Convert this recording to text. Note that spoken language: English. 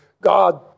God